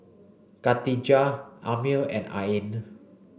Katijah Ammir and Ain